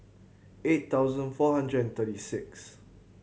eight thousand four hundred and thirty sixth